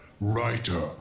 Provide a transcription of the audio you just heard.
writer